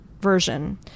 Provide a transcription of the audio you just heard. version